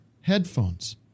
headphones